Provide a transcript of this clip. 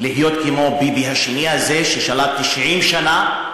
להיות כמו ביבי השני הזה, ששלט 90 שנה.